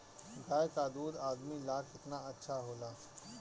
गाय का दूध आदमी ला कितना अच्छा होला?